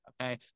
okay